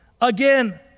Again